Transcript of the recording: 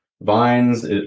vines